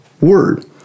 word